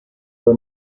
her